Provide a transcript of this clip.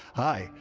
hi.